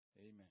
Amen